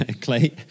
clay